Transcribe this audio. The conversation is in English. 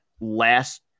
last